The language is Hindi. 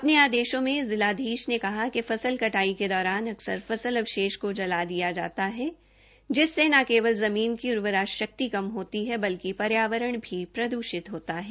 अपने आदेशों में जिलाधीश ने कहा कि फसल कटाई के दौरान अक्सर फसल अवशेष को जला दिया जाता है जिससे न केवल जमीन की उर्वरा शक्ति कम होती है बल्कि पर्यावरण भी प्रदुषित होता है